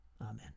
amen